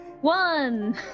one